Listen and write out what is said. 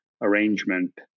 arrangement